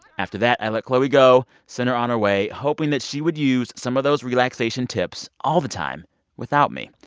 after that, i let chloe go, sent her on her way, hoping that she would use some of those relaxation tips all the time without me.